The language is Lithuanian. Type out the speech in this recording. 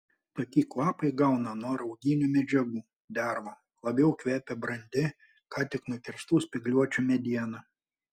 tokį kvapą įgauna nuo rauginių medžiagų dervų labiau kvepia brandi ką tik nukirstų spygliuočių mediena